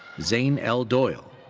zane l. doyle.